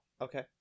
Okay